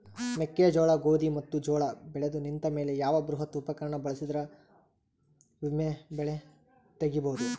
ಮೆಕ್ಕೆಜೋಳ, ಗೋಧಿ ಮತ್ತು ಜೋಳ ಬೆಳೆದು ನಿಂತ ಮೇಲೆ ಯಾವ ಬೃಹತ್ ಉಪಕರಣ ಬಳಸಿದರ ವೊಮೆ ಬೆಳಿ ತಗಿಬಹುದು?